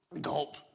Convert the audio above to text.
Gulp